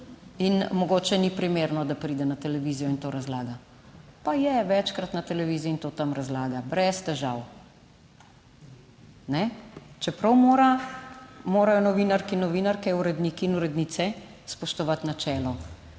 in mogoče ni primerno, da pride na televizijo in to razlaga. Pa je večkrat na televiziji in to tam razlaga brez težav. Čeprav morajo novinarke, novinarke, uredniki in urednice spoštovati načelo,